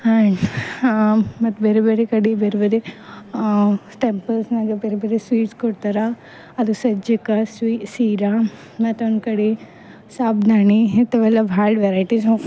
hand ಮತ್ತು ಬೇರೆ ಬೇರಿ ಕಡೆ ಬೇರೆ ಬೇರೆ ಟೆಂಪಲ್ಸ್ನಾಗೆ ಬೇರೆ ಬೇರೆ ಸ್ವೀಟ್ಸ್ ಕೊಡ್ತಾರೆ ಅದು ಸಜ್ಜಿಕ ಸ್ವೀ ಸೀರ ಮತೊನ್ ಕಡೆ ಸಾಬ್ದಾಣಿ ಇಂಥವೆಲ್ಲ ಭಾಳ ವೆರೈಟೀಸ್ ಆಫ್